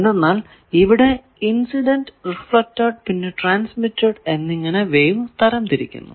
പക്ഷെ ഇവിടെ incident reflected പിന്നെ ട്രാൻസ്മിറ്റഡ് എന്നിങ്ങനെ വേവ് തരം തിരിക്കുന്നു